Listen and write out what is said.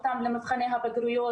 הגשנו אותם למבחני הבגרויות,